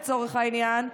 לצורך העניין,